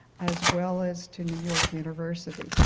as well as to new york university.